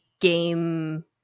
game